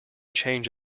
change